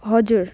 हजुर